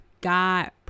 God